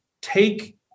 take